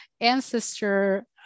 ancestor